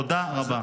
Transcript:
תודה רבה.